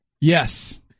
Yes